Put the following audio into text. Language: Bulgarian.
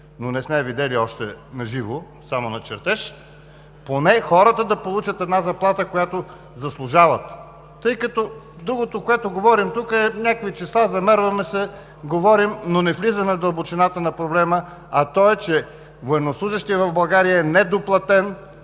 но не сме я видели още на живо, само на чертеж, поне хората да получат една заплата, която заслужават. Другото, което говорим тук, е – някакви числа, замерваме се, говорим, но не влизаме в дълбочината на проблема, а той е, че военнослужещият в България е недоплатен,